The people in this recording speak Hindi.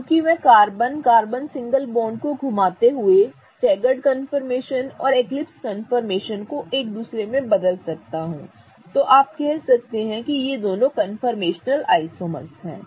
चूँकि मैं एक कार्बन कार्बन सिंगल बॉन्ड को घुमाते हुए स्टेगर्ड कन्फर्मेशन और एक्लिप्स कन्फर्मेशन को एक दूसरे में बदल सकता हूं तो आप कह सकते हैं कि ये दोनों कन्फर्मेशनल आइसोमर्स हैं